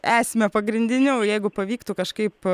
esmę pagrindinių jeigu pavyktų kažkaip